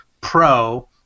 Pro